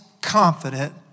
confident